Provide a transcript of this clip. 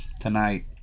Tonight